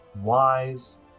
wise